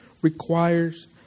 requires